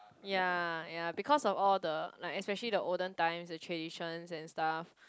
ya ya because of all the like especially the older time the tradition and stuff